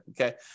okay